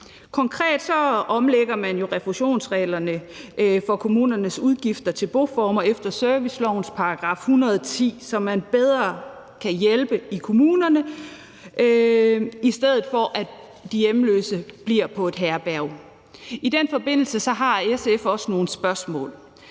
Konkret omlægger man jo refusionsreglerne for kommunernes udgifter til boformer efter servicelovens § 110, så man bedre kan hjælpe i kommunerne, i stedet for at de hjemløse bliver på et herberg. I den forbindelse har SF også nogle spørgsmål.